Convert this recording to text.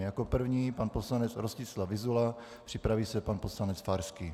Jako první pan poslanec Rostislav Vyzula, připraví se pan poslanec Farský.